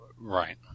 Right